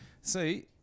See